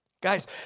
Guys